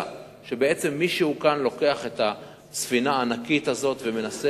שבעצם מישהו כאן לוקח את הספינה הענקית הזאת ומנסה